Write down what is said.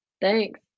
Thanks